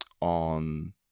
on